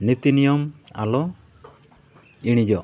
ᱱᱤᱛᱤ ᱱᱤᱭᱚᱢ ᱟᱞᱚ ᱤᱲᱤᱡᱚᱜ